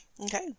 Okay